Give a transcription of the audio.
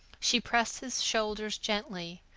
she pressed his shoulders gently.